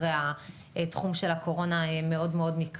אם בדלתא דיברנו על כך שלאדם מחוסן יש מעל 90% הגנה מהדבקה,